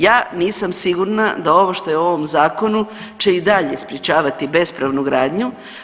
Ja nisam sigurna da ovo što je u ovom zakonu će i dalje sprječavati bespravnu gradnju.